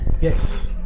Yes